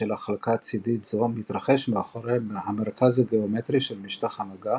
החלקה צדדית זו מתרחש מאחורי המרכז הגאומטרי של משטח המגע,